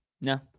no